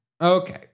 Okay